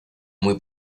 muy